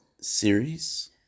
series